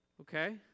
Okay